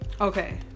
Okay